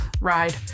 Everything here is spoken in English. ride